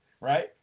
right